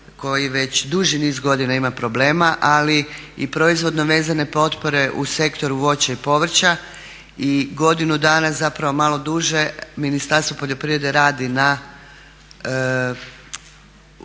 koji već duži niz godina ima problema, ali i proizvodno vezane potpore u Sektoru voća i povrća i godinu dana, zapravo malo duže Ministarstvo poljoprivrede radi na